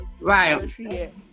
Right